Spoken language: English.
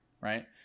right